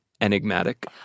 enigmatic